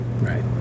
Right